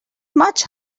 much